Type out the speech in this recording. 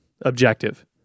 objective